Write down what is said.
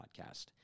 podcast